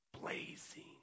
Blazing